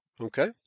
okay